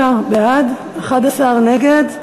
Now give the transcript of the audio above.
75 בעד, 11 נגד.